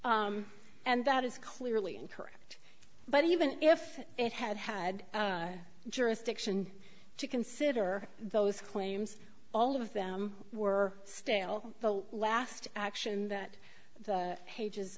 a and that is clearly incorrect but even if it had had jurisdiction to consider those claims all of them were stale the last action that the page